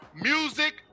music